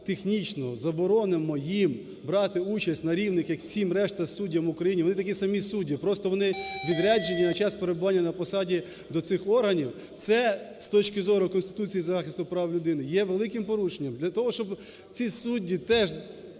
технічно заборонимо їм брати участь на рівних, як всім решта суддям в Україні, вони такі самі судді, просто вони відряджені на час перебування на посаді до цих органів, це з точки зору Конституції і захисту прав людини є великим порушенням. Для того, щоб ці судді теж